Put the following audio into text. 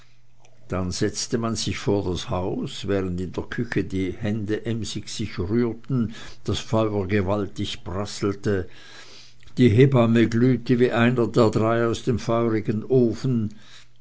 dann setzte man sich vor das haus während in der küche die hände emsig sich rührten das feuer gewaltig prasselte die hebamme glühte wie einer der drei aus dem feurigen ofen